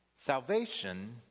Salvation